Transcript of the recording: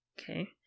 Okay